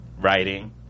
writing